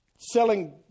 selling